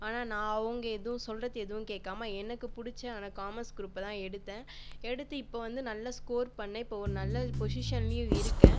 ஆனால் நான் அவங்க எதுவும் சொல்கிறது எதுவும் கேட்காம எனக்கு பிடிச்சயான காமஸ் க்ரூப்பை தான் எடுத்தேன் எடுத்து இப்போ வந்து நல்லா ஸ்கோர் பண்ணிணேன் இப்போ ஓர் நல்ல பொஷிஷன்லியும் இருக்கேன்